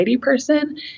person